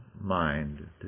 mind